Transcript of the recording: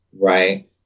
Right